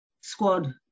squad